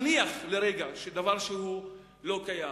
נניח לרגע דבר שלא קיים,